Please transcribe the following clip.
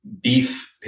beef